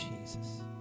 Jesus